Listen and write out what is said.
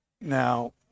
Now